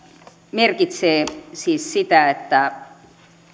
merkitsee siis sitä että